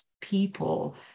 people